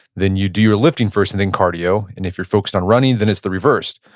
then you do your lifting first and then cardio, and if you're focused on running, then it's the reverse.